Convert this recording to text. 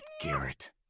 Garrett